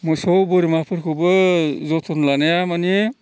मोसौ बोरमा फोरखौबो जोथोन लानाया माने